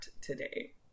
today